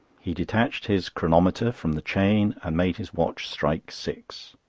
he detached his chronometer from the chain and made his watch strike six.